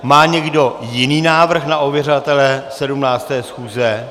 Má někdo jiný návrh na ověřovatele 17. schůze?